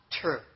true